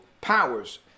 powers